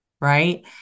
right